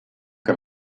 che